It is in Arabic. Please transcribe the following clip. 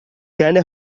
كان